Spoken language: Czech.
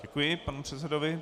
Děkuji panu předsedovi.